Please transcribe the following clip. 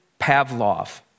Pavlov